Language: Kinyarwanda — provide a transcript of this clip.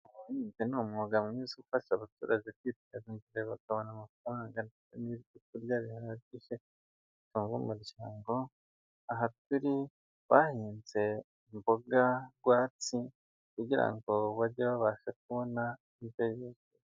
Ibyo ni umwuga mwiza ufasha abaturage kwiteza imbere bakabona amafaranga ndetse n'ibyokurya bihagije bitunga umuryango. Aha tari bahinze imboga rwatsi kugira ngo bajye babasha kubona indyo yuzuye.